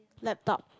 laptop